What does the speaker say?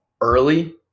early